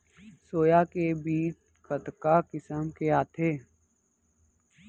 Soya के बीज कतका किसम के आथे?